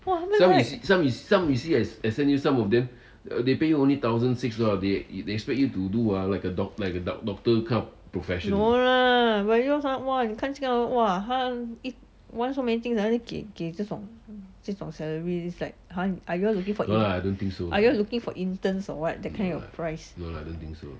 !wah! what the heck no lah but waa 你看这个人哇他一 want so many things ah 给给这种这种 salary I like hah are you all looking for in~ are you all looking for interns or what that kind of price